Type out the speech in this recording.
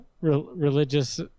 religious